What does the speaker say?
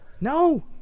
No